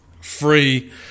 free